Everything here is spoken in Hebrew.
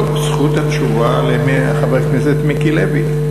טוב, זכות התשובה לחבר הכנסת מיקי לוי.